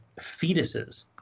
fetuses